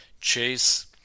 Chase